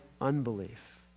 unbelief